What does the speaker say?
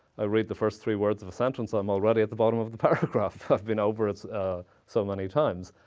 i read the first three words of a sentence, i'm already at the bottom of the paragraph. i've been over it so many times.